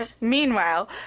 Meanwhile